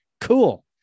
Cool